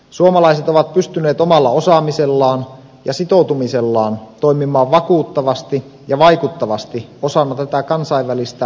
suomalaiset ovat pystyneet omalla osaamisellaan ja sitoutumisellaan toimimaan vakuuttavasti ja vaikuttavasti osana tätä kansainvälistä rauhanrakentamisponnistusta